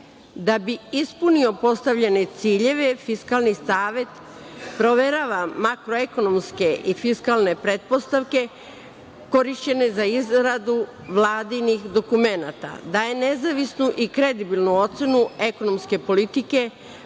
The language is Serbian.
Da bi ispunio postavljene ciljeve, Fiskalni savet proverava makroekonomske i fiskalne pretpostavke korišćene za izradu vladinih dokumenata, daje nezavisnu i kredibilnu ocenu ekonomske politike,